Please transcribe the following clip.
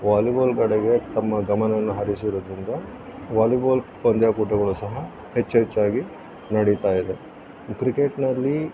volleyball ಕಡೆಗೆ ತಮ್ಮ ಗಮನವನ್ನ ಹರಿಸಿರುವುದರಿಂದ ವಾಲಿಬಾಲ್ ಪಂದ್ಯಕೂಟಗಳು ಸಹ ಹೆಚ್ಚು ಹೆಚ್ಚಾಗಿ ನಡಿತಾಯಿದೆ ಕ್ರಿಕೆಟ್ನಲ್ಲಿ